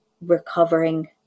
recovering